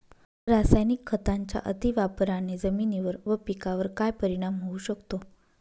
रासायनिक खतांच्या अतिवापराने जमिनीवर व पिकावर काय परिणाम होऊ शकतो?